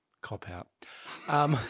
cop-out